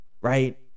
Right